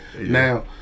Now